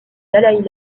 dalaï